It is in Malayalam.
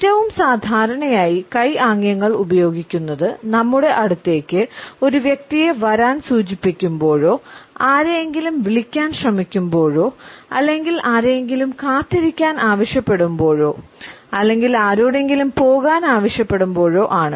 ഏറ്റവും സാധാരണയായി കൈ ആംഗ്യങ്ങൾ ഉപയോഗിക്കുന്നത് നമ്മുടെ അടുത്തേക്ക് ഒരു വ്യക്തിയെ വരാൻ സൂചിപ്പിക്കുമ്പോഴോ ആരെയെങ്കിലും വിളിക്കാൻ ശ്രമിക്കുമ്പോഴോ അല്ലെങ്കിൽ ആരെയെങ്കിലും കാത്തിരിക്കാൻ ആവശ്യപ്പെടുമ്പോഴോ അല്ലെങ്കിൽ ആരോടെങ്കിലും പോകാൻ ആവശ്യപ്പെടുമ്പോഴോ ആണ്